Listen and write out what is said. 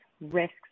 risks